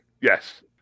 Yes